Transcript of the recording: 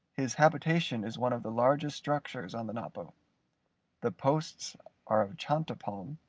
his habitation is one of the largest structures on the napo the posts are of chonta-palm,